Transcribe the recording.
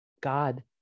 God